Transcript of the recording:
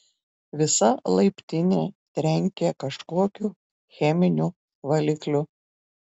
visa laiptinė trenkė kažkokiu cheminiu valikliu